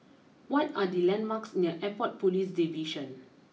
what are the landmarks near Airport police Division